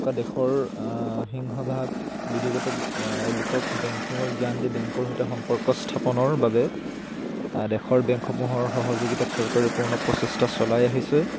থকা দেশৰ সিংহভাগ বিধিগত লোকক বেংকিঙৰ জ্ঞান দি বেংকৰ সৈতে সম্পৰ্ক স্থাপনৰ বাবে দেশৰ বেংকসমূহৰ সহযোগিতাত চৰকাৰে পূৰ্ণ প্ৰচেষ্টা চলাই আহিছে